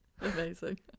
Amazing